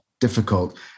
difficult